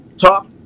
talk